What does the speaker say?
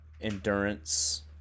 endurance